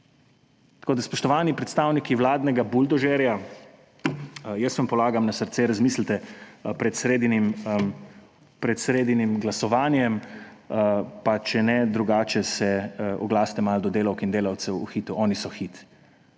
podpira. Spoštovani predstavniki vladnega buldožerja, jaz vam polagam na srce, razmislite pred sredinim glasovanjem. Pa če ne drugače, se malo oglasite do delavk in delavcev v Hitu, oni so Hit.